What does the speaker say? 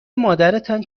مادرتان